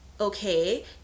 okay